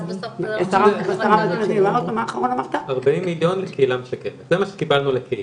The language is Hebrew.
זה מה שקיבלנו לקהילה.